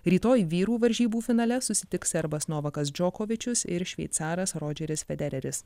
rytoj vyrų varžybų finale susitiks serbas novakas džokovičius ir šveicaras rodžeris federeris